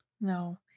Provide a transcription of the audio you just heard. No